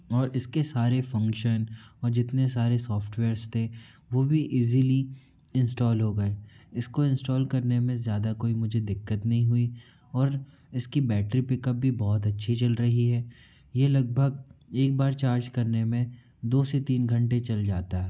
और इसके सारे फंक्शन और जो जितने सारे सॉफ्टवेयर्स थे वह भी इज़ीली इंस्टॉल हो गए इसको इंस्टॉल करने में ज़्यादा कोई मुझे दिक्कत नहीं हुई और इसकी बैटरी पिकअप भी बहुत अच्छी चल रही है यह लगभग एक बार चार्ज करने में दो से तीन घंटे चल जाता है